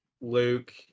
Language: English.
Luke